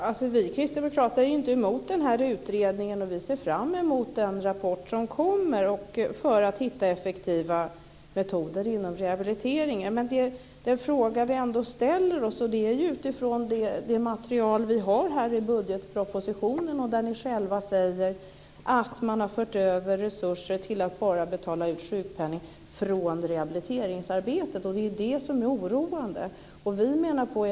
Herr talman! Vi kristdemokrater är inte emot denna utredning, och vi ser fram emot den rapport som kommer och att vi ska kunna hitta effektiva metoder inom rehabiliteringen. Men vi ställer oss ändå frågande, och det gör vi utifrån det material vi har i budgetpropositionen. Ni säger själva att man har fört över resurser från rehabiliteringsarbetet till utbetalning av sjukpenning.